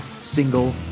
single